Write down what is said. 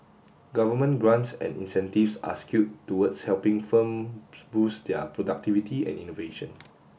government grants and incentives are skewed towards helping firm boost their productivity and innovation